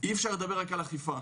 אי אפשר לדבר רק על אכיפה,